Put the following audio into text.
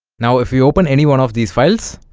now if we open any one of these files